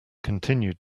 continued